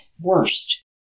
worst